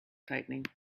tightening